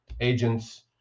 agents